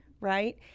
right